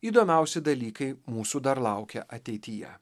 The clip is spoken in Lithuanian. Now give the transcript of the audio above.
įdomiausi dalykai mūsų dar laukia ateityje